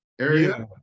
area